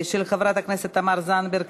של חברת הכנסת תמר זנדברג,